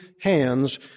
hands